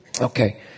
Okay